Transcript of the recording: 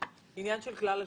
זה עניין של כלל השוק.